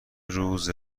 روز